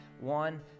One